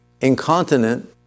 incontinent